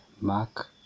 Mark